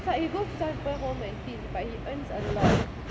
it's like he go some people's home and teach but he earns a lot